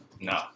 No